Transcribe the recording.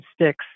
sticks